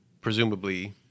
presumably